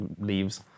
leaves